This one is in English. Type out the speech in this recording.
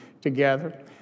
together